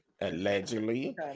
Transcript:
Allegedly